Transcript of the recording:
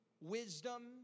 wisdom